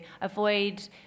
Avoid